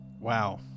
Wow